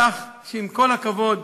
כך שעם כל הכבוד,